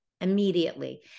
immediately